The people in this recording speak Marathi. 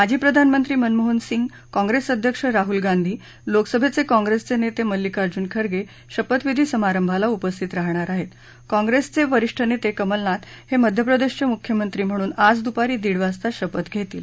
माजी प्रधानमंत्री मनमोहन सिंग काँग्रेसीअध्यक्ष राहल गांधी लोकसभद्वकिँग्रस्विउद्वमेल्लिकार्जून खरगशिपथविधी समारंभाला उपस्थित राहणार आहरी काँग्रस्चि व्रिष्ठ नर्तक्रिमलनाथ ह मिध्यप्रदर्शचिम्ख्यमंत्री म्हणून आज दुपारी दीड वाजता शपथ घरीील